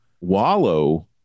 wallow